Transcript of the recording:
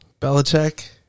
Belichick